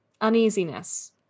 uneasiness